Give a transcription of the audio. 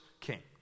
king